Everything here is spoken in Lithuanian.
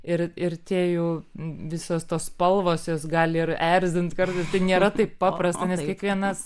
ir ir tie jų visos tos spalvos jos gali ir erzint kartais tai nėra taip paprasta nes kiekvienas